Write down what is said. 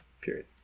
period